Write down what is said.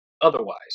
otherwise